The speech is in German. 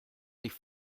sich